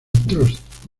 trust